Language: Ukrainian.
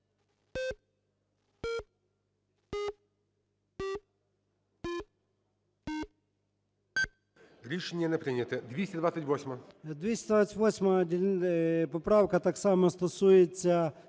Рішення не прийнято. 228.